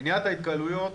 מניעת ההתקהלויות